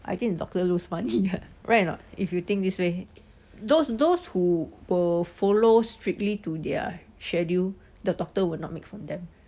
I think the doctor lose money uh heh right or not if you think this way those those who will follow strictly to their schedule the doctor will not make from them